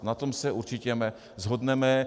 Na tom se určitě shodneme.